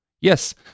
Yes